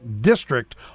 district